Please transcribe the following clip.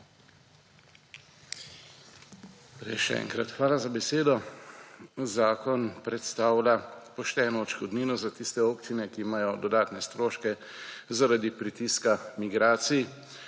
Še enkrat, hvala za besedo. Zakon predstavlja pošteno odškodnino za tiste občine, ki imajo dodatne stroške zaradi pritiska migracij.